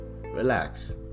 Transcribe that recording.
relax